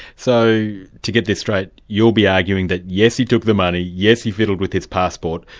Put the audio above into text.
so, to get this straight, you'll be arguing that yes, he took the money, yes, he fiddled with his passport,